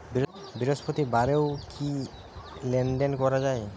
বৃহস্পতিবারেও কি লেনদেন করা যায়?